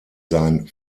sein